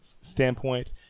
standpoint